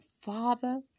Father